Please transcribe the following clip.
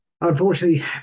unfortunately